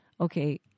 okay